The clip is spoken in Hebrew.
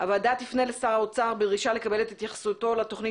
הוועדה תפנה לשר האוצר בדרישה לקבל את התייחסותו לתוכנית